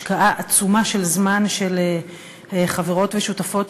השקעה עצומה של זמן של חברות ושותפות,